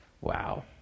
Wow